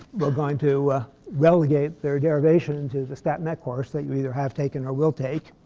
we're going to relegate their derivation to the stat mech course that you either have taken or will take.